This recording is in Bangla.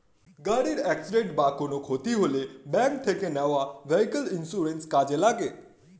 গাড়ির অ্যাকসিডেন্ট বা কোনো ক্ষতি হলে ব্যাংক থেকে নেওয়া ভেহিক্যাল ইন্সুরেন্স কাজে লাগে